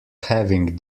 having